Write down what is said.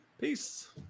Peace